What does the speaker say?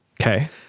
okay